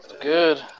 good